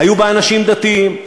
היו בה אנשים דתיים,